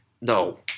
No